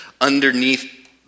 underneath